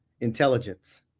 intelligence